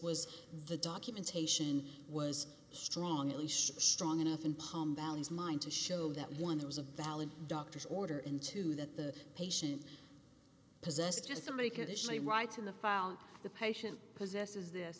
was the documentation was strong at least strong enough in home values mind to show that one there was a valid doctor's order into that the patient possess just somebody could actually write in the file the patient possesses this